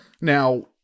Now